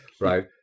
right